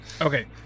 Okay